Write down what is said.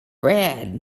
bread